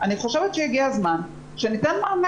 אני חושבת שהגיע הזמן שניתן מענה,